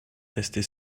restait